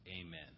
amen